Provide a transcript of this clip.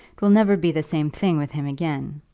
it will never be the same thing with him again.